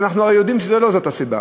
אבל אנחנו יודעים שלא זאת הסיבה.